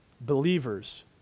Believers